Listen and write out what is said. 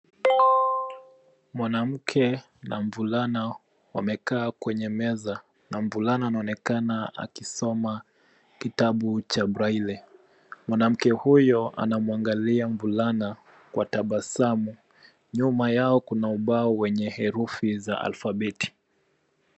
Mwanamke na mvulana wamekaa kwenye meza na mvulana anaonekana akisoma kitabu cha braille . Mwanamke huyo anamwangalia mvulana kwa tabasamu. Nyuma yao kuna ubao wenye herufi za alfabeti .